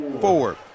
four